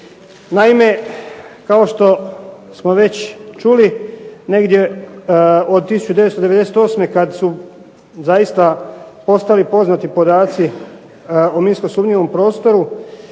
Naime, kao što smo već čuli negdje od 1998. kad su zaista postali poznati podaci o minsko sumnjivom prostoru